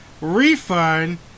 Refund